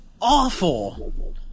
awful